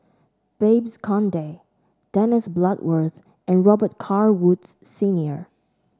Babes Conde Dennis Bloodworth and Robet Carr Woods Senior